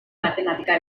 matematika